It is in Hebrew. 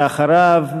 ואחריו,